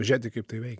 žiūrėti kaip tai veikia